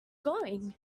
going